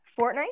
fortnite